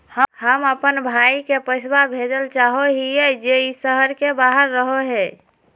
हम अप्पन भाई के पैसवा भेजल चाहो हिअइ जे ई शहर के बाहर रहो है